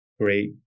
great